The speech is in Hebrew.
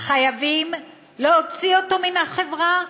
חייבים להוציא אותו מן החברה.